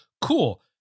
Cool